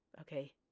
okay